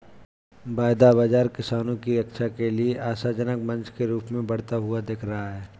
वायदा बाजार किसानों की रक्षा के लिए आशाजनक मंच के रूप में बढ़ता हुआ दिख रहा है